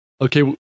Okay